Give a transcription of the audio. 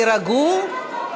יירגעו.